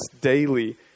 daily